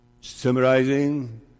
Summarizing